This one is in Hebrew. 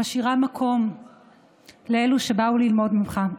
שמשאירה מקום לאלו שבאו ללמוד ממך.